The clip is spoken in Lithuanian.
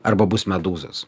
arba bus medūzos